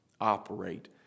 operate